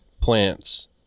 plants